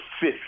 fifth